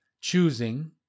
choosing